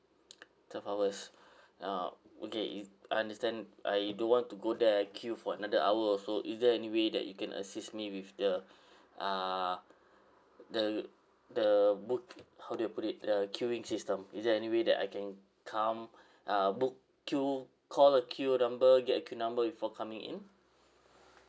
twelve hours uh okay if understand I don't want to go there I queue for another hour also is there any way that you can assist me with the uh the the book~ how do I put it the queuing system is there any way that I can come uh book queue call a queue number get a queue number before coming in